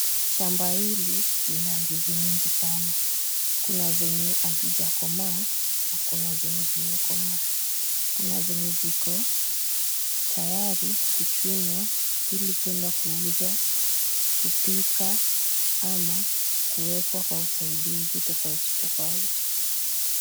Shamba hili lina ndizi mingi sana, kuna zenye hazijakomaa na kuna zenye zimekomaa. Kuna zenye ziko tayari kuchunwa ili kuenda kuuzwa, kupika ama kuwekwa kwa usaidizi tofauti tofauti.